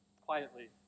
quietly